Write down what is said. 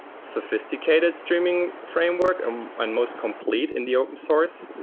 sophisticated streaming framework um and most complete in the open source.